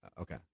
Okay